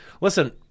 listen—